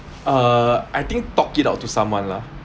uh I think talk it out to someone lah